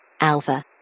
Alpha